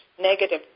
negative